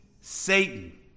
Satan